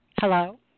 Hello